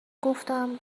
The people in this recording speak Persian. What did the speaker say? گفتم